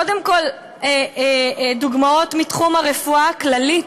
קודם כול דוגמאות מתחום הרפואה הכללית,